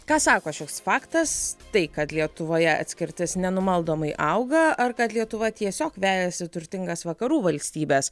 ką sako šis faktas tai kad lietuvoje atskirtis nenumaldomai auga ar kad lietuva tiesiog vejasi turtingas vakarų valstybes